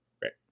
Great